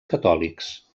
catòlics